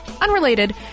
Unrelated